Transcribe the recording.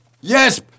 Yes